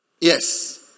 Yes